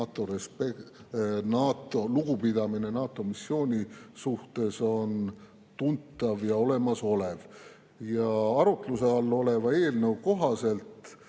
lugupidamine NATO missiooni vastu on tuntav ja olemasolev. Arutluse all oleva eelnõu kohaselt